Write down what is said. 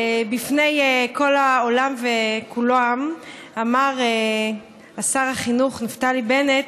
בפני כל העולם וכולם, אמר שר החינוך נפתלי בנט: